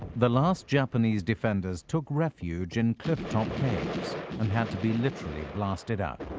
the last japanese defenders took refuge in clifftop caves and had to be literally blasted out.